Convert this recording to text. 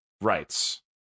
rights